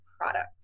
product